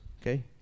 okay